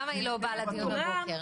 למה היא לא באה לדיון הבוקר?